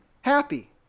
happy